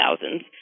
thousands